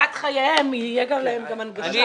ליבת חייהם, תהיה להם גם הנגשה.